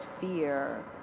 fear